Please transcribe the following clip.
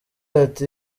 ati